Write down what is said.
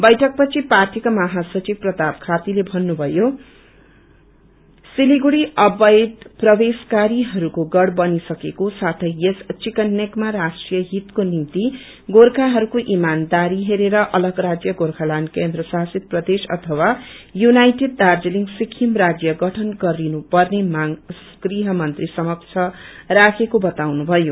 बैठकपछि पार्टीका महासचिव प्रताप खातीले भन्नुभयो सलिगढ़ी अवैध प्रवेशकारीहरूको गढ़ बनिसकेको साथै यस चिकन नेकमा राष्ट्रिय हितको निम्ति गोर्खाहरूको इमान्दारी हेरेर अलग राज्य गोर्खाल्याण्ड केन्द्र शासित प्रदेश अथवा यूनाइटेड दार्जीलिङ सिक्किम राज्य गठन गरिनुपर्ने मांग गृहमन्त्री समक्ष राखेको वताउनुभयो